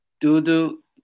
Do-do